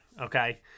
okay